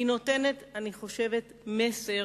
אני חושבת שהיא נותנת מסר